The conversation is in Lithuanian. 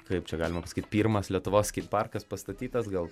kaip čia galima pasakyt pirmas lietuvos skeit parkas pastatytas gal